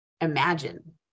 imagine